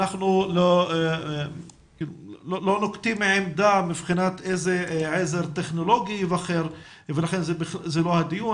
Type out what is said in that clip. אנחנו לא נוקטים עמדה מבחינת איזה עזר טכנולוגי ייבחר ולכן זה לא הדיון,